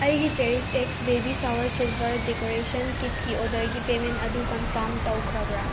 ꯑꯩꯒꯤ cherish x baby shower silver decoration ꯀꯤꯠꯀꯤ ꯑꯣꯔꯗꯔꯒꯤ ꯄꯦꯃꯦꯟ ꯑꯗꯨ ꯀꯟꯐꯥꯝ ꯇꯧꯈ꯭ꯔꯕ꯭ꯔꯥ